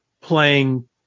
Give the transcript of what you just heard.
playing